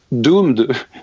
doomed